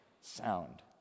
sound